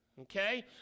okay